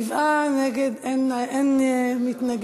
שבעה בעד, אין מתנגדים.